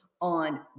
on